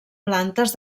plantes